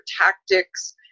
tactics